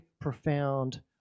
profound